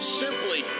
simply